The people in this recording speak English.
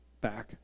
back